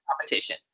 competition